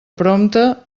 prompte